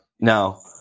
Now